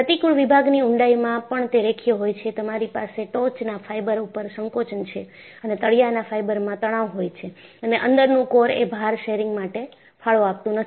પ્રતિકુળ વિભાગની ઊંડાઈમાં પણ તે રેખીય હોય છે તમારી પાસે ટોચ ના ફાઈબર ઉપર સંકોચન છે અને તળિયાના ફાઈબરમાં તણાવ હોય છે અને અંદરનું કોર એ ભાર શેરિંગ માટે ફાળો આપતું નથી